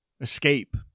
escape